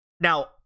Now